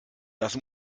das